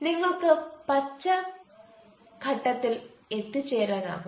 നിങ്ങൾക്ക് പച്ച കൂടുതൽ മെച്ചപ്പെട്ട ഘട്ടത്തിൽ എത്തിച്ചേരാനാകും